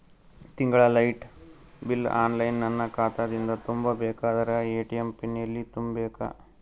ತಿಂಗಳ light bill online ನನ್ನ ಖಾತಾ ದಿಂದ ತುಂಬಾ ಬೇಕಾದರ ಎ.ಟಿ.ಎಂ ಪಿನ್ ಎಲ್ಲಿ ತುಂಬೇಕ?